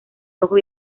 rojo